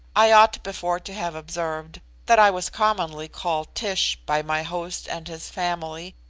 i ought before to have observed that i was commonly called tish by my host and his family,